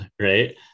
Right